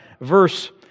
verse